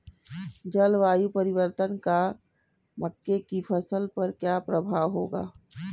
जलवायु परिवर्तन का मक्के की फसल पर क्या प्रभाव होगा?